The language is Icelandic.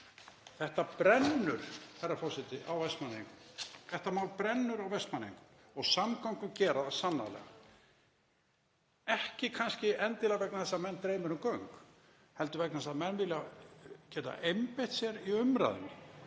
Þetta mál brennur á Vestmannaeyingum og samgöngur gera það sannarlega, kannski ekki endilega vegna þess að menn dreymir um göng heldur vegna þess að menn vilja geta einbeitt sér í umræðunni.